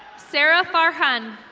sarah barhun.